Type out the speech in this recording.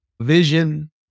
Vision